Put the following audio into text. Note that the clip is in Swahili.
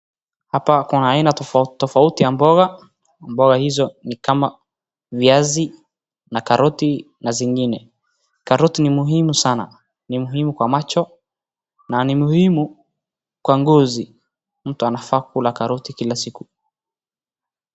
Hapa kuna aina tofauti tofauti ya mboga. Mboga hizo ni kama viazi na karoti na zingine. Karoti ni muhimu sana. Ni muhimu kwa macho na ni muhimu kwa ngozi. Mtu anafaa kukula karoti kila siku.